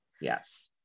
Yes